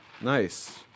Nice